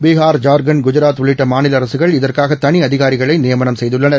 பீகார் ஜார்க்கண்ட் குஜராத் உள்ளிட்டமாநிலஅரசுகள் இதற்காகதளிஅதிகாரிகளைநியமனம் செய்துள்ளனர்